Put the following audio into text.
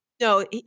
No